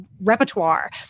repertoire